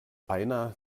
einer